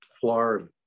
Florida